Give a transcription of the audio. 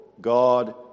God